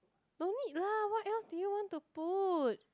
don't need lah what else do you want to put